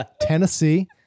Tennessee